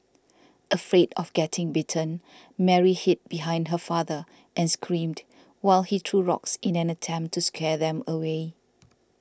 afraid of getting bitten Mary hid behind her father and screamed while he threw rocks in an attempt to scare them away